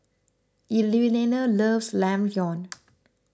Evelena loves Ramyeon